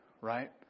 right